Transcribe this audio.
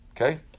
Okay